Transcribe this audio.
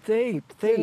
taip taip